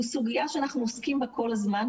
הוא סוגיה שאנחנו עוסקים בה כל הזמן,